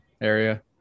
area